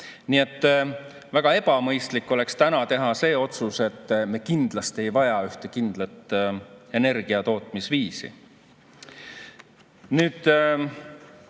Nii et väga ebamõistlik oleks täna teha see otsus, et me kindlasti ei vaja ühte kindlat energiatootmisviisi. Nüüd,